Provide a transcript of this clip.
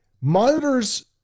monitors